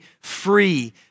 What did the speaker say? free